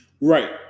Right